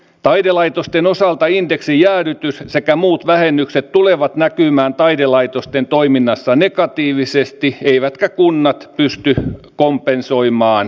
taidelaitosten osalta indeksijäädytys sekä muut vähennykset tulevat näkymään taidelaitosten toiminnassa negatiivisesti eivätkä kunnat pysty kompensoimaan vajetta